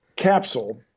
capsule